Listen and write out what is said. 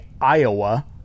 Iowa